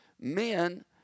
men